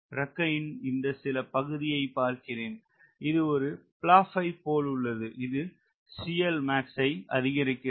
இறக்கையின் இந்த சில பகுதியை பார்க்கிறேன் இது ஒரு பிளாப் ஐ போல் உள்ளது இது ஐ அதிகரிக்கிறது